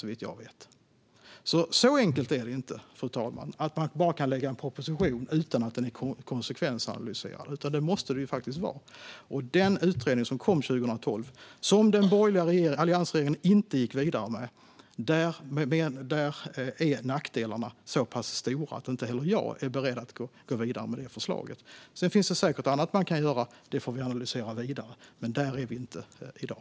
Så enkelt är det alltså inte, fru ålderspresident, att man bara kan lägga fram en proposition utan att den har genomgått en konsekvensanalys. En sådan måste faktiskt göras. I den utredning som kom 2012, som den borgerliga alliansregeringen inte gick vidare med, är nackdelarna så pass stora att heller inte jag är beredd att gå vidare med förslaget. Det finns säkert annat man kan göra. Det får vi analysera vidare. Men där är vi inte i dag.